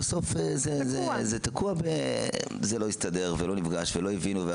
ובסוף זה תקוע וזה לא הסתדר ולא נפגש ולא הבינו,